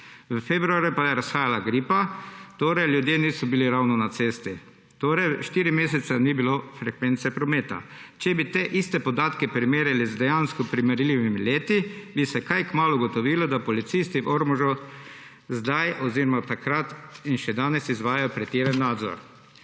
v februarju pa je razsajala gripa, torej ljudje niso bili ravno na cesti. Torej štiri mesece ni bilo frekvence prometa. Če bi te iste podatke primerjali z dejansko primerljivimi leti, bi se kaj kmalu ugotovilo, da policisti v Ormožu zdaj oziroma takrat in še danes izvajajo pretiran nadzor.